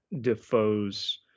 Defoe's